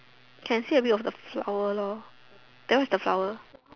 can see a bit of the flower lor that one is the flower